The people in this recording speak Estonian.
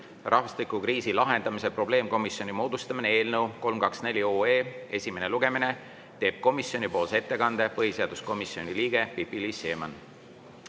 "Rahvastikukriisi lahendamise probleemkomisjoni moodustamine" eelnõu (324 OE) esimene lugemine, teeb komisjoni ettekande põhiseaduskomisjoni liige Pipi-Liis Siemann. Ja